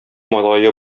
малае